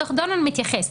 דוח דורנר מתייחס.